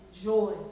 joy